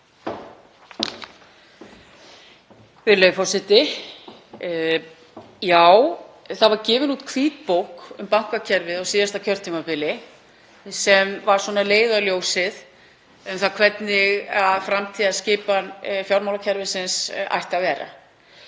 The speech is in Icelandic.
það var gefin út hvítbók um bankakerfið á síðasta kjörtímabili sem var leiðarljósið um það hvernig framtíðarskipan fjármálakerfisins ætti að vera.